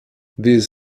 these